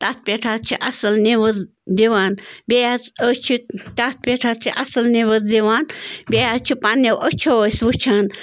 تَتھ پٮ۪ٹھ حظ چھِ اصٕل نِوٕز دِوان بیٚیہِ حظ أسۍ چھِ تَتھ پٮ۪ٹھ حظ چھِ اصٕل نِوٕز یِوان بیٚیہِ حظ چھِ پنٛنیو أچھو أسۍ وٕچھان